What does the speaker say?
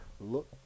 look